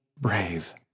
brave